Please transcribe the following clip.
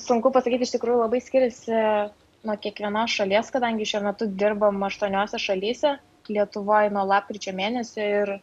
sunku pasakyti iš tikrųjų labai skiriasi nuo kiekvienos šalies kadangi šiuo metu dirbam aštuoniose šalyse lietuvoj nuo lapkričio mėnesio ir